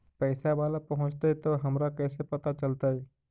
पैसा बाला पहूंचतै तौ हमरा कैसे पता चलतै?